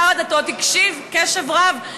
שר הדתות הקשיב קשב רב,